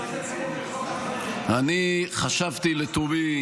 בכל הכבוד, בכל הכבוד, אני חשבתי לתומי